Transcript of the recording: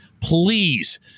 please